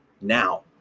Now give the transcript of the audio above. now